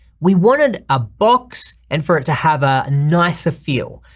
we wanted a box and for it to have a nicer feel.